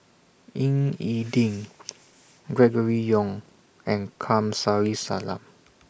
Ying E Ding Gregory Yong and Kamsari Salam